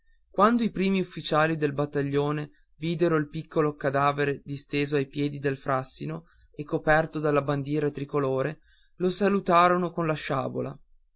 quando i primi ufficiali del battaglione videro il piccolo cadavere disteso ai piedi del frassino e coperto dalla bandiera tricolore lo salutarono con la sciabola